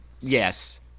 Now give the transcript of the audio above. yes